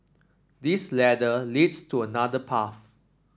this ladder leads to another path